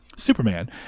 superman